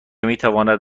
میتواند